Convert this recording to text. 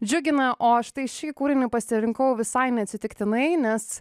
džiugina o štai šį kūrinį pasirinkau visai neatsitiktinai nes